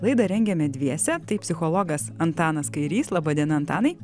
laidą rengiame dviese tai psichologas antanas kairys laba diena antanai